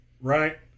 right